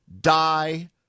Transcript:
die